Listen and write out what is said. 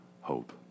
hope